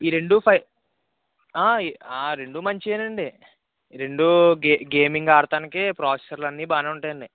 ఈ రెండు ఫై రెండు మంచివి అండి ఈ రెండు గే గేమింగ్ ఆడడానికి ప్రొసెసర్లు అన్నీ బాగా ఉంటాయండి